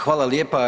Hvala lijepa.